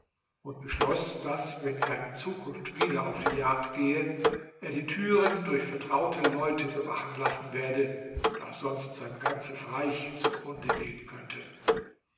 und beschloß daß wenn er in zukunft wieder auf die jagd gebe er die türen durch vertraute leute bewachen lassen werde da sonst sein ganzes reich zugrunde gehen könnte